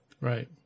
Right